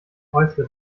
häusle